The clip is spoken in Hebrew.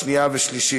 12 בעד, מתנגד אחד.